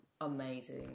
amazing